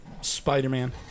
Spider-Man